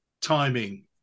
timing